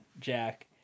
Jack